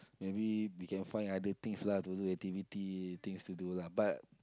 maybe we can find other things lah to do activity things to do lah but